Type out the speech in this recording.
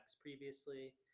previously